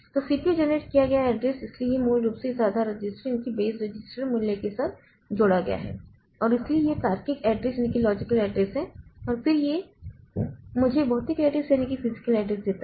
तो C P U generate किया गया एड्रेस इसलिए यह मूल रूप से इस आधार रजिस्टर मूल्य के साथ जोड़ा गया है और इसलिए यह तार्किक एड्रेस है और फिर यह मुझे भौतिक एड्रेस देता है